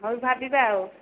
ହଉ ଭାବିବା ଆଉ